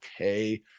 okay